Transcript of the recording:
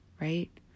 right